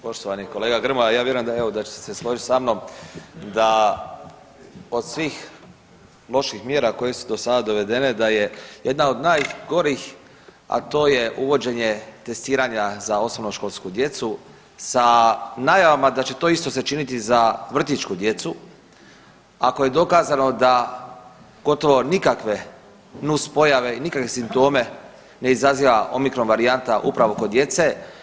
Poštovani kolega Grmoja, ja vjerujem evo da ćete se složiti sa mnom, da od svih loših mjera koje su do sada uvedene da je jedna od najgorih, a to je uvođenje testiranja za osnovnoškolsku djecu sa najavama da će se to isto činiti za vrtićku djecu, ako je dokazano da gotovo nikakve nuspojave i nikakve simptome ne izaziva omikron varijanta upravo kod djece.